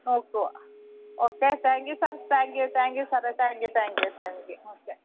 നോക്കുവാ okay thank you sir thank you thank you sir thank you thank you okay